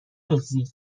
مکزیک